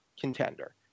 contender